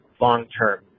long-term